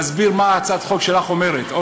מסביר מה הצעת החוק שלך אומרת.